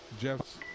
Jeff's